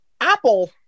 Apple